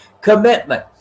commitment